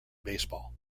baseball